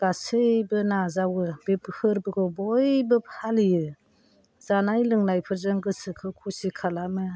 गासैबो नाजावो बे फोरबोखौ बयबो फालियो जानाय लोंनायफोरजों गोसोखौ खुसि खालामो